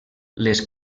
les